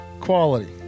quality